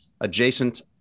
adjacent